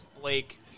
Blake –